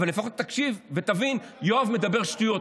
אבל לפחות תקשיב ותבין: יואב מדבר שטויות,